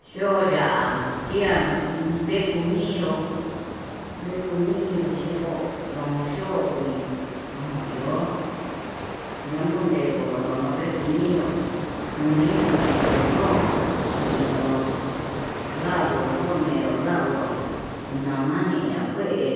Yoya'a ian vee kuminró vekuminró yeko o'ón no yo'o ngui ndon iho tiempo ñekonro ñonro vee, vee kuminrú uni vekunró ndo'o kuinonro navonro no'o meró ndanguro nama jiña'a kuee